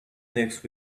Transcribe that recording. next